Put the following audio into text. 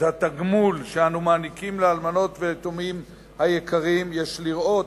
את התגמול שאנו מעניקים לאלמנות וליתומים היקרים יש לראות,